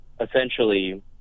essentially